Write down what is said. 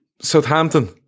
Southampton